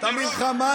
הורשעת